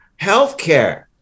healthcare